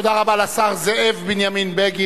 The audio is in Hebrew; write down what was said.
תודה רבה לשר זאב בנימין בגין.